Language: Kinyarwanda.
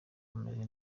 ameze